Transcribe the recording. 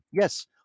Yes